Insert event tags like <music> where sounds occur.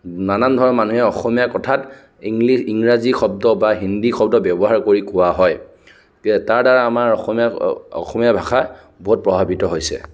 নানান ধৰণৰ মানুহে অসমীয়া কথাত <unintelligible> ইংৰাজী শব্দ বা হিন্দী শব্দ ব্যৱহাৰ কৰি কোৱা হয় তাৰ দ্বাৰা আমাৰ অসমীয়া ভাষা বহুত প্ৰভাৱিত হৈছে